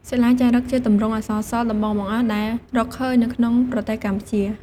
សិលាចារឹក ជាទម្រង់អក្សរសិល្ប៍ដំបូងបង្អស់ដែលរកឃើញនៅក្នុងប្រទេសកម្ពុជា។